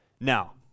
Now